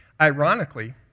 Ironically